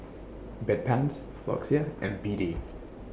Bedpans Floxia and B D